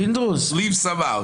Leave some out.